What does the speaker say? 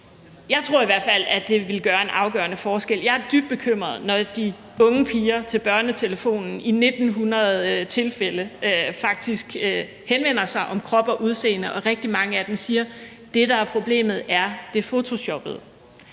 Jeg tror i hvert fald, at det ville gøre en afgørende forskel. Jeg er dybt bekymret, når de unge piger faktisk i 1.900 tilfælde henvender sig til BørneTelefonen om krop og udseende, og at rigtig mange af dem siger, at det, der er problemet, er det fotoshoppede.